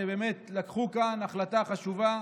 שלקחו כאן החלטה חשובה